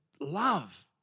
love